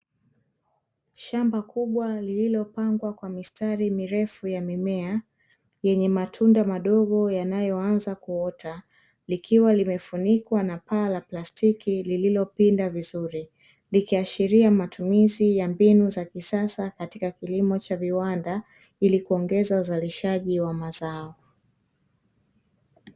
Shamba kubwa lililopangwa kwa mistari mirefu ya mimea, yenye matunda madogo yanayoanza kuota, likiwa limefunikwa na paa la plastiki, lililopinda vizuri, likiashiria matumizi ya mbinu za kisasa , katika kilimo cha viwanda , ili kuongeza uzalishaji wa mazao.